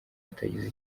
hatagize